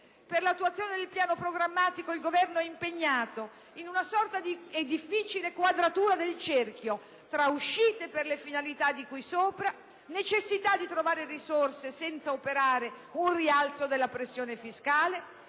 Per l'attuazione del piano programmatico il Governo è impegnato in una sorta di difficile quadratura del cerchio tra uscite per le finalità di cui sopra, necessità di trovare risorse senza operare un rialzo della pressione fiscale